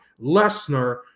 Lesnar